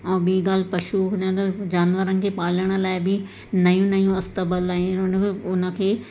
ऐं ॿी ॻाल्हि पशू हुजंदड़ त जानवरनि खे पालण लाइ बि नयूं नयूं अस्तबल आहिनि उन में उन खे